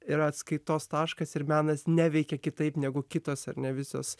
yra atskaitos taškas ir menas neveikia kitaip negu kitos ar ne visos